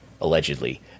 allegedly